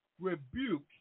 rebuke